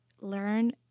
learn